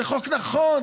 זה חוק נכון.